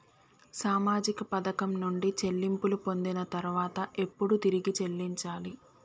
సామాజిక పథకం నుండి చెల్లింపులు పొందిన తర్వాత ఎప్పుడు తిరిగి చెల్లించాలి?